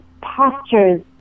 postures